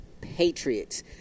Patriots